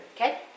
Okay